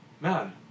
man